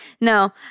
No